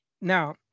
now